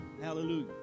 Hallelujah